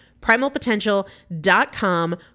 Primalpotential.com